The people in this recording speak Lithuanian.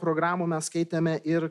programų mes skaitėme ir